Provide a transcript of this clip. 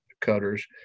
cutters